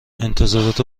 انتظارات